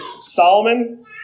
Solomon